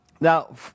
Now